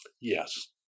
Yes